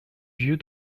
vieux